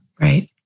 Right